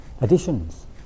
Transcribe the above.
additions